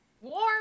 warm